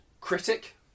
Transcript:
Critic